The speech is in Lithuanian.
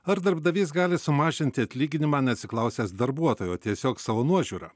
ar darbdavys gali sumažinti atlyginimą neatsiklausęs darbuotojo tiesiog savo nuožiūra